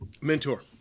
mentor